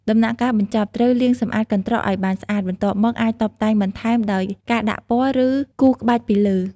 ដំណាក់កាលបញ្ចប់ ត្រូវលាងសម្អាតកន្ត្រកឲ្យបានស្អាត បន្ទាប់មក អាចតុបតែងបន្ថែមដោយការដាក់ពណ៌ ឬគូរក្បាច់ពីលើ។